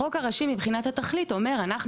החוק הראשי מבחינת התכלית אומר אנחנו